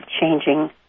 Changing